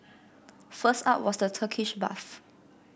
first up was the Turkish bath